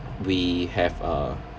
we have a